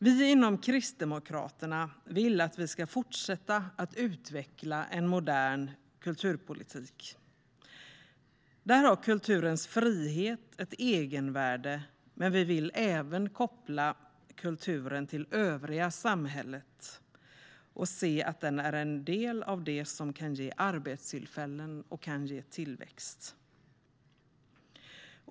Kristdemokraterna vill att vi ska fortsätta utveckla en modern kulturpolitik. Där har kulturens frihet ett egenvärde, men vi vill även koppla kulturen till det övriga samhället och se att den är en del av det som kan ge arbetstillfällen och tillväxt.